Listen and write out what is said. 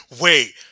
Wait